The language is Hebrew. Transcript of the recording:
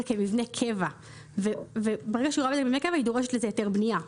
מבנה קבע ואז היא דורשת לזה היתר בנייה.